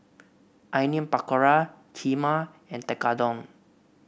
Onion Pakora Kheema and Tekkadon